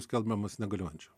skelbiamas negaliojančiu